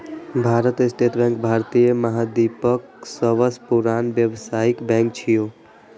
भारतीय State Bank भारतीय महाद्वीपक सबसं पुरान व्यावसायिक बैंक छियै